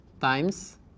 times